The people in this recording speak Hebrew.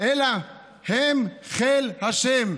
אלא הם חיל ה',